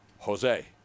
Jose